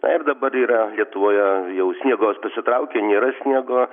na ir dabar yra lietuvoje jau sniegas pasitraukė nėra sniego